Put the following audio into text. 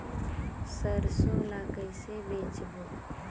सरसो ला कइसे बेचबो?